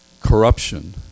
Corruption